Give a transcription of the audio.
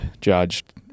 judged